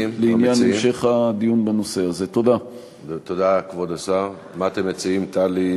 תודה רבה לך, גברתי.